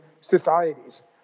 societies